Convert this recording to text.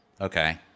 Okay